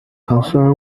version